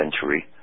century